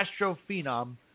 astrophenom